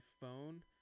phone